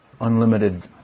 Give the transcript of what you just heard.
unlimited